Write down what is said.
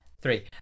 Three